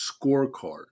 scorecard